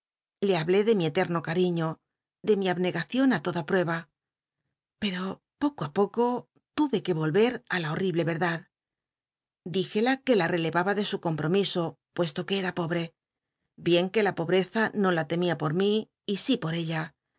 le hablé de mi etci'ilo c riíio de mi abnegacion i toda prueet i la hortiblc ba pero poco poco tuve que roll erdad dtjcla que la relevaba de su comptomiso y puesto que era pobt'c bien que la pobteza no la temia pol'lni y si por ella